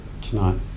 tonight